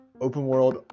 open-world